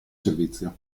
servizio